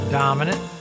dominant